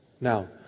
Now